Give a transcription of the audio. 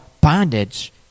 bondage